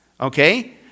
okay